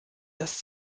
das